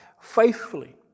faithfully